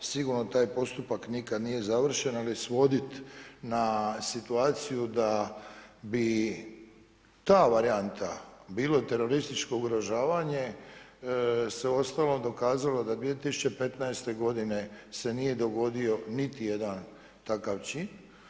Sigurno taj postupak nikad nije završen, ali svodit na situaciju da bi ta varijanta, bilo terorističkog ugrožavanje, se uostalom dokazalo da 2015. godine se nije dogodio niti jedan takav čin.